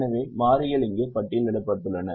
எனவே மாறிகள் இங்கே பட்டியலிடப்பட்டுள்ளன